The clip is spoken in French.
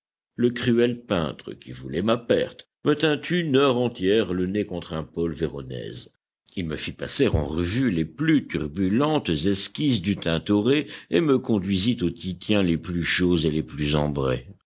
le cruel peintre qui voulait ma perte me tint une heure entière le nez contre un paul véronèse il me fit passer en revue les plus turbulentes esquisses du tintoret et me conduisit aux titiens les plus chauds et les plus ambrés